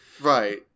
Right